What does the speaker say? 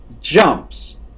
jumps